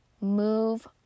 Move